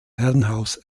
herrenhaus